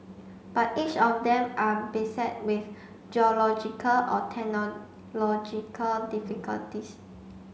but each of them are beset with geological or technological difficulties